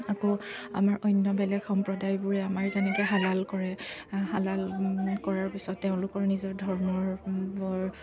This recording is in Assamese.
আকৌ আমাৰ অন্য বেলেগ সম্প্ৰদায়বোৰে আমাৰ যেনেকৈ হালাল কৰে হালাল কৰাৰ পিছত তেওঁলোকৰ নিজৰ ধৰ্মৰ বৰ